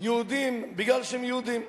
יהודים מפני שהם יהודים?